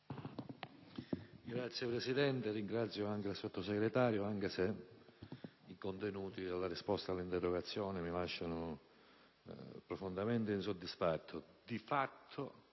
Signora Presidente, ringrazio il Sottosegretario anche se i contenuti della risposta all'interrogazione mi lasciano profondamente insoddisfatto. Di fatto